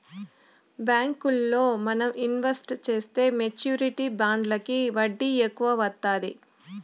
బ్యాంకుల్లో మనం ఇన్వెస్ట్ చేసే మెచ్యూరిటీ బాండ్లకి వడ్డీ ఎక్కువ వత్తాది